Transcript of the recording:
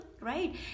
right